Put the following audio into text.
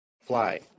fly